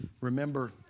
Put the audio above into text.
Remember